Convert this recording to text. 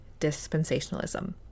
dispensationalism